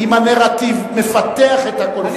אבל אם הנרטיב מפתח את הקונפליקט?